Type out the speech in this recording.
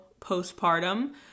postpartum